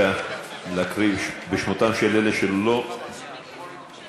בבקשה להקריא את שמותיהם של אלה שלא הצביעו.